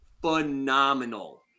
phenomenal